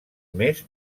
més